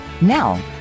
Now